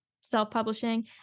self-publishing